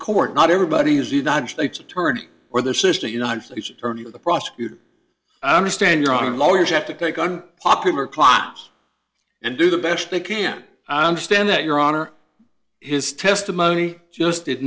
court not everybody has the united states attorney or their sister united states attorney or the prosecutor i understand you're out of lawyers have to take on popular class and do the best they can i understand that your honor his testimony just did